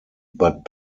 but